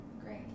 Great